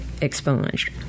expunged